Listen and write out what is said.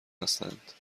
هستند